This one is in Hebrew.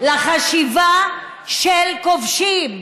לחשיבה של כובשים,